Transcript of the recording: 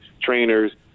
trainers